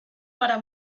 para